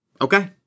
Okay